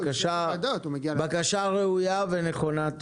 בקשה ראויה ונכונה.